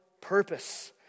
purpose